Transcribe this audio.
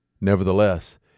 Nevertheless